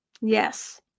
Yes